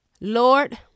Lord